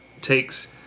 takes